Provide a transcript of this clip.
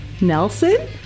Nelson